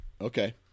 Okay